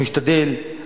הוא משתדל,